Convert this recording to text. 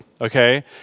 Okay